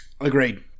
Agreed